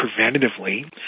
preventatively